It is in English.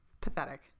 Pathetic